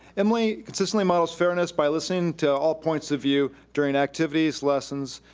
emily consistently models fairness by listening to all points of view during activities, lessons,